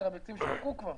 הרי הביצים כבר שווקו.